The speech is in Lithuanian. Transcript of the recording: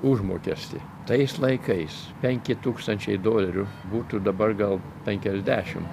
užmokestį tais laikais penki tūkstančiai dolerių būtų dabar gal penkiasdešim